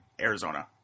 Arizona